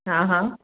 हा हा